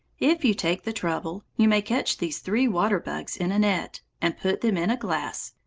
if you take the trouble, you may catch these three water-bugs in a net, and put them in a glass,